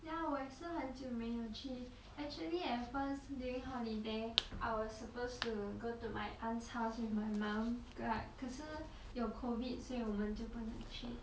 ya 我也是很久没有去 actually at first during holiday I was supposed to go to my aunt's house with my mum ga~ 可是有 covid 所以我们就不能去